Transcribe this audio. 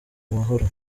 mahoro